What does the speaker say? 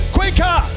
quicker